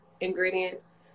ingredients